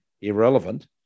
irrelevant